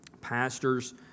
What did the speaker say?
Pastors